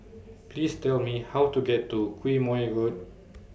Please Tell Me How to get to Quemoy Road